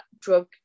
drug